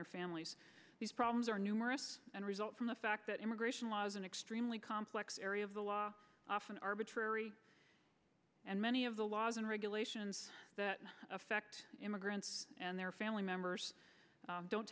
their families these problems are numerous and result from the fact that immigration laws an extremely complex area of the law often arbitrary and many of the laws and regulations that affect immigrants and their family members don't